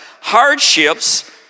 hardships